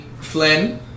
Flynn